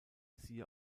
siehe